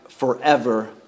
forever